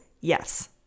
Yes